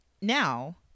now